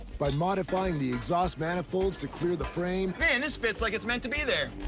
by modifying the exhaust manifolds to clear the frame, man, this fits like it's meant to be there.